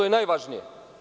To je najvažnije.